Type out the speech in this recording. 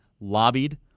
lobbied